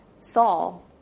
Saul